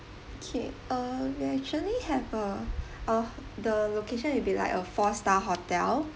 okay uh we actually have a at he location will be like a four star hotel